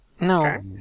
No